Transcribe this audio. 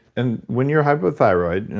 and when you're hypothyroid,